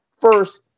first-